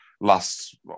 last